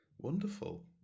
Wonderful